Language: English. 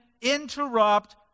interrupt